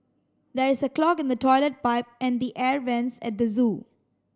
there is a clog in the toilet pipe and the air vents at the zoo